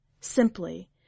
simply